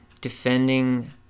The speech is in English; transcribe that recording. defending